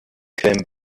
came